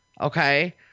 Okay